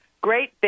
great